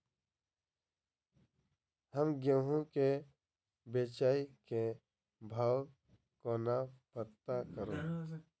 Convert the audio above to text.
हम गेंहूँ केँ बेचै केँ भाव कोना पत्ता करू?